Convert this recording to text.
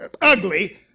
ugly